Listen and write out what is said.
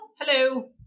hello